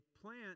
plant